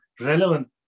relevant